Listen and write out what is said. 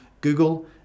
Google